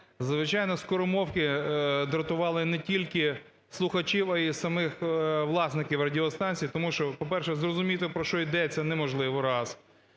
звичайно, скоромовки дратували не тільки слухачів, а й самих власників радіостанцій. Тому що, по-перше, зрозуміти про що йдеться неможливо, раз.